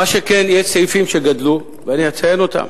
מה שכן, יש סעיפים שגדלו, ואני אציין אותם.